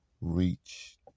reach